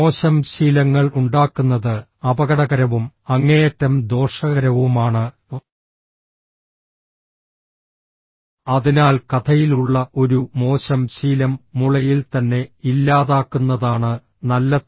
മോശം ശീലങ്ങൾ ഉണ്ടാക്കുന്നത് അപകടകരവും അങ്ങേയറ്റം ദോഷകരവുമാണ് അതിനാൽ കഥയിൽ ഉള്ള ഒരു മോശം ശീലം മുളയിൽ തന്നെ ഇല്ലാതാക്കുന്നതാണ് നല്ലത്